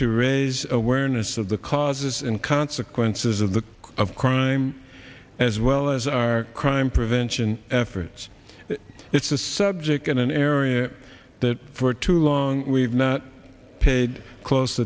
to raise awareness of the causes and consequences of the of crime as well as our crime prevention efforts it's a subject in an area that for too long we've not paid close